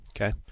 Okay